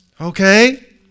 Okay